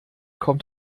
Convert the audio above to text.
kommt